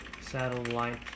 satellite